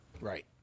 Right